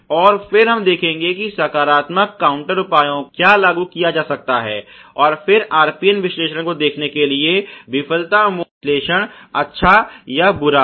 और फिर हम देखेंगे कि सकारात्मक काउंटर उपायों को क्या लागू किया जा सकता है और फिर RPN विश्लेषण को देखने के लिए विफलता मोड प्रभाव विश्लेषण अच्छा या बुरा है